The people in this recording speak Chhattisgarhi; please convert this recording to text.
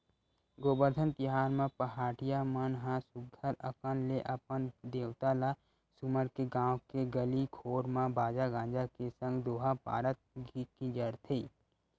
गोबरधन तिहार म पहाटिया मन ह सुग्घर अंकन ले अपन देवता ल सुमर के गाँव के गली घोर म बाजा गाजा के संग दोहा पारत गिंजरथे